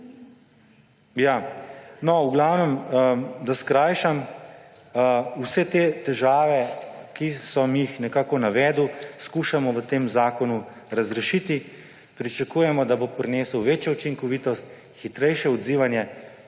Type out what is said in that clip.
V glavnem, da skrajšam. Vse te težave, ki sem jih nekako navedel, skušamo v tem zakonu razrešiti. Pričakujemo, da bo prinesel večjo učinkovitost, hitrejše odzivanje,